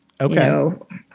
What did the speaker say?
Okay